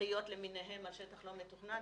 דחיות למיניהן על שטח לא מתוכנן.